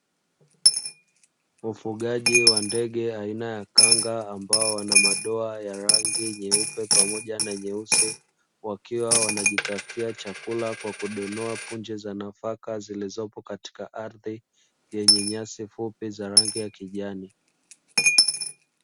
Ufugaji wa ndege aina ya kanga ambao wana madoa ya rangi nyeupe pamoja na nyeusi, wakiwa wanajitafutia chakula kwa kudonoa punje za nafaka zilizopo katika ardhi, yenye nyasi fupi za rangi ya kijani.